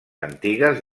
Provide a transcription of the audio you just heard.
antigues